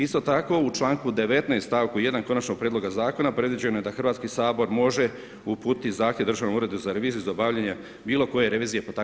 Isto tako u čl. 19. stavku 1. konačnog prijedloga zakona, predviđeno je da Hrvatski sabor može uputiti zahtjev Državnom uredu za reviziju, za obavljanje bilo koje revizije pa tako i HNB.